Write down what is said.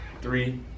Three